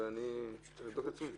אולי אני צריך לבדוק את עצמי?